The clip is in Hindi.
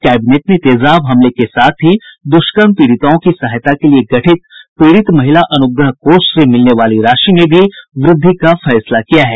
कैबिनेट ने तेजाब हमले के साथ ही दुष्कर्म पीड़िताओं की सहायता के लिए गठित पीड़ित महिला अनुग्रह कोष से मिलने वाली राशि में भी वृद्धि का फैसला किया है